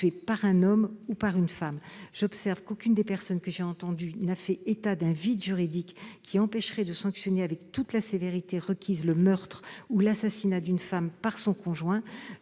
par un homme ou par une femme. J'observe qu'aucune des personnes que j'ai entendues n'a fait état d'un vide juridique qui empêcherait de sanctionner avec toute la sévérité requise le meurtre ou l'assassinat d'une femme par son conjoint.